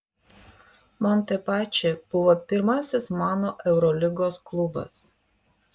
montepaschi buvo pirmasis mano eurolygos klubas